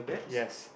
yes